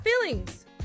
feelings